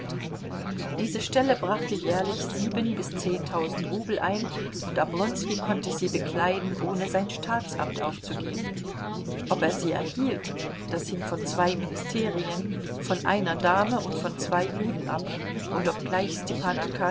diese stelle brachte jährlich sieben bis zehntausend rubel ein und oblonski konnte sie bekleiden ohne sein staatsamt aufzugeben ob er sie erhielt das hing von zwei ministerien von einer dame und von zwei juden ab und obgleich stepan